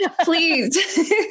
please